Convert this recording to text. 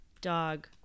dog